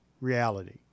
reality